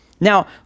Now